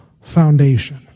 foundation